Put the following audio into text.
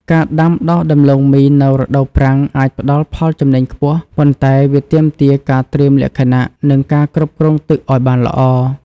ការដាំដុះដំឡូងមីនៅរដូវប្រាំងអាចផ្តល់ផលចំណេញខ្ពស់ ប៉ុន្តែវាទាមទារការត្រៀមលក្ខណៈ និងការគ្រប់គ្រងទឹកឱ្យបានល្អ។